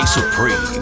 Supreme